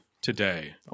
today